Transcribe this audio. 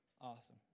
Awesome